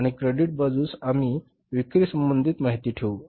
आणि क्रेडिट बाजूस आम्ही विक्री संबंधित माहिती ठेवू